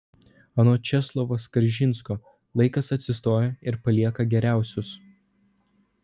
anot česlovo skaržinsko laikas atsijoja ir palieka geriausius